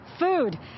Food